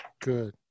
Good